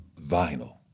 vinyl